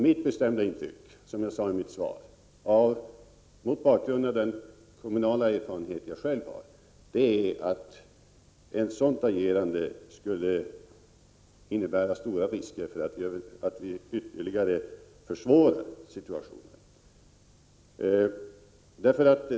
Mitt bestämda intryck är — som jag sade i svaret — mot bakgrund av den kommunala erfarenhet som jag själv har att ett sådant agerande skulle innebära stora risker för att situationen ytterligare förvärrades.